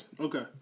Okay